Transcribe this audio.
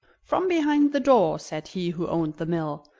from behind the door, said he who owned the mill,